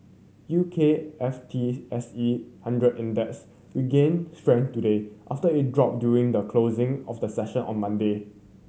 U K F T S E hundred Index regained strength today after it drop during the closing of the session on Monday